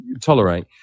tolerate